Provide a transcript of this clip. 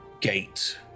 Gate